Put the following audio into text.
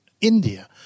India